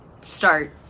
start